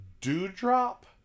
Dewdrop